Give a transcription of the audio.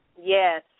Yes